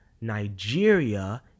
Nigeria